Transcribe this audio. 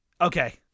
Okay